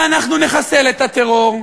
ואנחנו נחסל את הטרור.